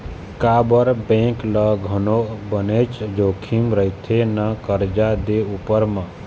काबर बेंक ल घलोक बनेच जोखिम रहिथे ना करजा दे उपर म